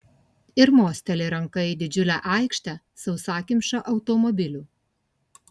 ir mosteli ranka į didžiulę aikštę sausakimšą automobilių